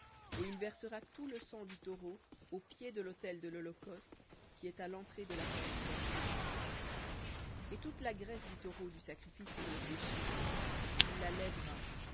et il versera tout le sang du taureau au pied de l'autel de l'holocauste qui est à l'entrée de la tente dassignation et toute la graisse du taureau du sacrifice pour le péché il la lèvera